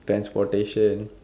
transportation